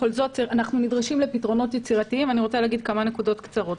אנחנו נדרשים לפתרונות יצירתיים ואני רוצה להגיד כמה נקודות קצרות.